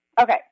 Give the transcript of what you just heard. Okay